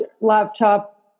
laptop